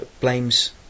blames